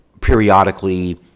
periodically